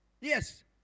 Yes